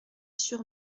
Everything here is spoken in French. sur